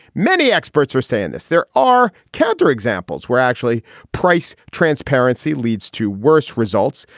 many experts are saying this. there are counter examples where actually price transparency leads to worse results.